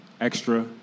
extra